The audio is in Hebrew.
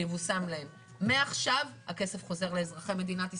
שיבושם להם, מעכשיו הכסף חוזר לאזרחי מדינת ישראל.